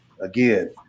again